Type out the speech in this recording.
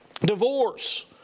divorce